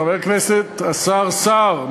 חבר הכנסת השר סער,